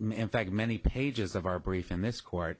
in fact many pages of our brief in this court